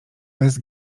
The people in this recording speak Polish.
bez